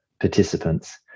participants